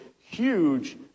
huge